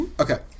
Okay